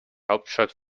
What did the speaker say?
hauptstadt